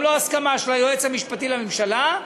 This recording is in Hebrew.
גם ללא הסכמה של היועץ המשפטי לממשלה,